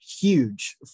huge